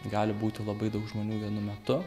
gali būti labai daug žmonių vienu metu